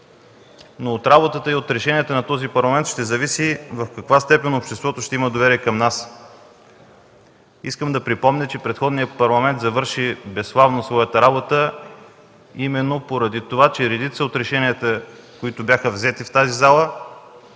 но от работата и от решенията на този Парламент ще зависи в каква степен обществото ще има доверие към нас. Искам да припомня, че предходният Парламент завърши безславно своята работа поради това, че решенията, които бяха взети в тази зала,